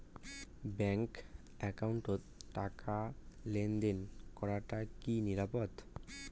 Bank একাউন্টত টাকা লেনদেন করাটা কি নিরাপদ?